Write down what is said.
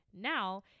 Now